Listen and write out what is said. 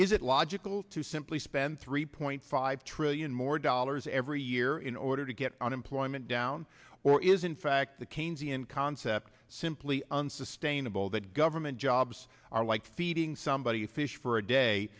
is it logical to simply spend three point five trillion more dollars every year in order to get unemployment down or is in fact the keynesian concept simply unsustainable that government jobs are like feeding somebody a fish for a day